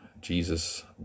Jesus